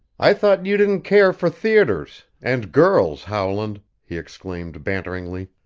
i thought you didn't care for theaters and girls, howland, he exclaimed banteringly,